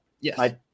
Yes